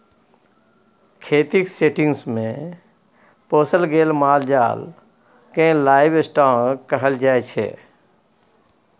खेतीक सेटिंग्स मे पोसल गेल माल जाल केँ लाइव स्टाँक कहल जाइ छै